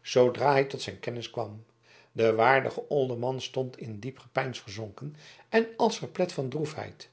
zoodra hij tot zijn kennis kwam de waardige olderman stond in diep gepeins verzonken en als verplet van droefheid